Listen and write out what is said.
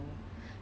I don't know like